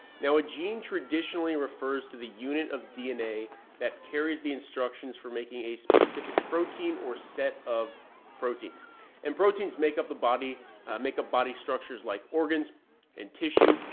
now, a gene traditionally refers to the unit of dna that carries the instructions for making a specific protein or set of proteins and proteins make up the body makeup body structures like organs and tissue,